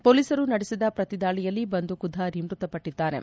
ಪೊಲೀಸರು ನಡೆಸಿದ ಪ್ರತಿದಾಳಿಯಲ್ಲಿ ಬಂದೂಕುಧಾರಿ ಮ್ಬತಪಟ್ಟಿದ್ದಾನೆ